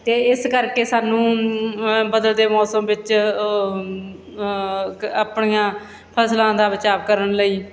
ਅਤੇ ਇਸ ਕਰਕੇ ਸਾਨੂੰ ਬਦਲਦੇ ਮੌਸਮ ਵਿੱਚ ਆਪਣੀਆਂ ਫਸਲਾਂ ਦਾ ਬਚਾਵ ਕਰਨ ਲਈ